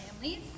families